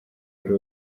yari